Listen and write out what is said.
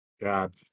God